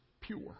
pure